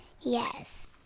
Yes